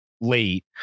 late